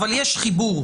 אבל יש חיבור.